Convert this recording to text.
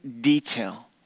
detail